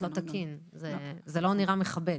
זה לא נראה מכבד.